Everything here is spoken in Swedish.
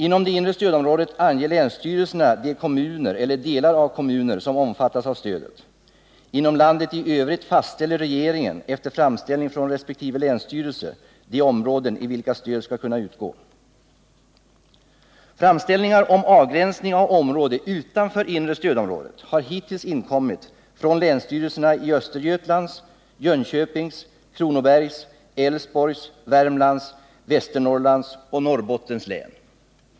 Inom det inre stödområdet anger länsstyrelserna de kommuner eller delar av kommun som omfattas av stödet. Inom landet i övrigt fastställer regeringen efter framställning från resp. länsstyrelse de områden i vilka stöd skall kunna utgå. Framställningar om avgränsning av område utanför inre stödområdet har hittills inkommit från länsstyrelserna i Östergötlands, Jönköpings, Kronobergs, Älvsborgs, Värmlands, Västernorrlands och Norrbottens län.